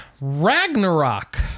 Ragnarok